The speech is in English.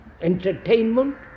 entertainment